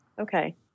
okay